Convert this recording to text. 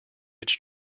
its